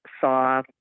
saw